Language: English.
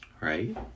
right